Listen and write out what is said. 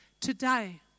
Today